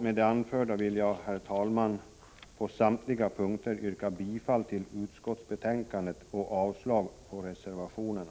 Med det anförda vill jag, herr talman, på samtliga punkter yrka bifall till utskottets hemställan och avslag på reservationerna.